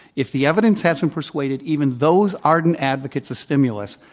if the evidence hasn't persuaded even those ardent advocates of stimulus,